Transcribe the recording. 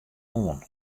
oan